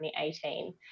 2018